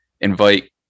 invite